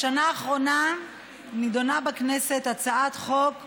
בשנה האחרונה נדונה בכנסת הצעת חוק קודמת,